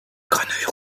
grenouille